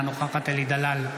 אינה נוכחת אלי דלל,